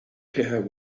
care